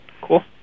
Cool